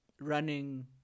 running